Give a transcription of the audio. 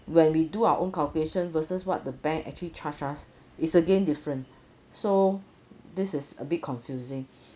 when we do our own calculation versus what the bank actually charge us is again different so this is a bit confusing